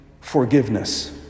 forgiveness